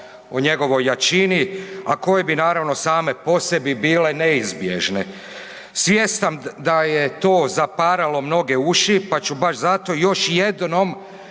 o njegovoj jačini, a koje bi naravno, same po sebi bile neizbježne. Svjestan da je to zaparalo mnoge uši pa ću baš zato još jednom